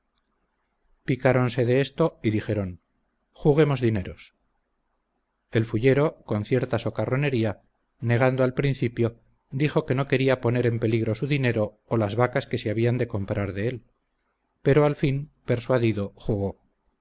ella picáronse de esto y dijeron juguemos dineros el fullero con cierta socarronería negando al principio dijo que no quería poner en peligro su dinero o las vacas que se habían de comprar de él pero al fin persuadido jugó